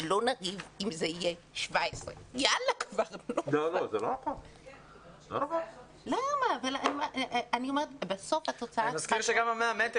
שלא נריב אם המספר יהיה 17. אני מזכיר שגם ל-100 מטרים